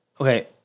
okay